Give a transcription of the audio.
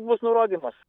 bus nurodymas